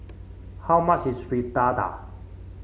how much is Fritada